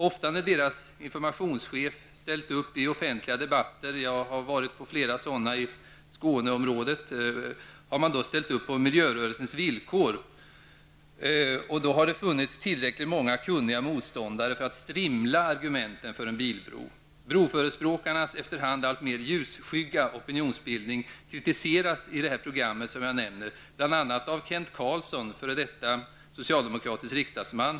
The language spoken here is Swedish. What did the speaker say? Ofta när deras informationschef ställt upp i offentliga debatter -- jag har varit på flera sådana i Skåneområdet -- på miljörörelsens villkor har det funnits tillräckligt många kunniga motståndare för att strimla argumenten för en bilbro. Broförespråkarnas efter hand alltmer ljusskygga opinionsbildning kritiseras i det här programmet bl.a. av Kent Carlsson, f.d.